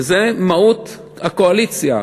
וזו מהות הקואליציה.